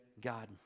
God